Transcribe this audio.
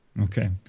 Okay